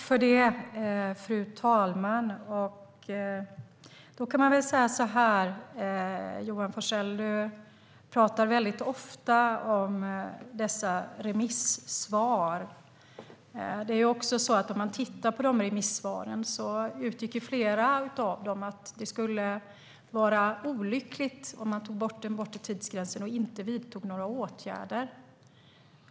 Fru talman! Johan Forssell pratar väldigt ofta om dessa remissvar, och i många av dem uttrycktes det att det skulle vara olyckligt om man tog bort den bortre tidsgränsen utan att vidta några åtgärder.